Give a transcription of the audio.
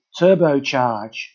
turbocharge